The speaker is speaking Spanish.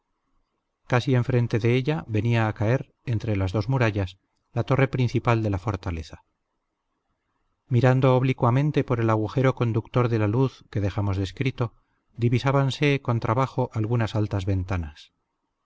casi enfrente de ella venía a caer entre las dos murallas la torre principal de la fortaleza mirando oblicuamente por el agujero conductor de la luz que dejamos descrito divisábanse con trabajo algunas altas ventanas